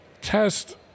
test